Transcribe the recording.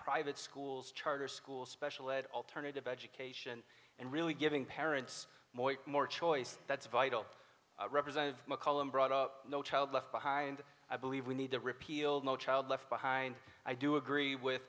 private schools charter schools special ed alternative education and really giving parents more choice that's vital representative mccollum brought up no child left behind i believe we need to repeal no child left behind i do agree with